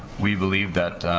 we believe that